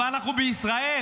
אבל אנחנו בישראל,